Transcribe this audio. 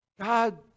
God